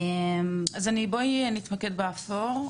אז בואי נתמקד באפור.